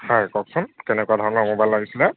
হয় কওকচোন কেনেকুৱা ধৰণৰ মোবাইল লাগিছিলে